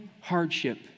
hardship